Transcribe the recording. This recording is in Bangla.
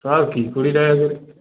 আর কি কুড়ি টাকা করে